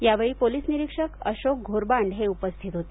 यावेळी पोलिस निरीक्षक अशोक घोरबांड हे उपस्थित होते